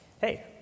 hey